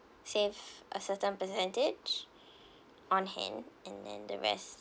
save a certain percentage on hand and then the rest